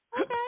Okay